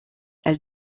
elles